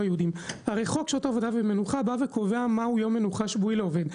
הרי חוק שעות עבודה ומנוחה בא וקובע מהו יום המנוחה השבועי לעובד.